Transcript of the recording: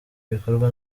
bikorwa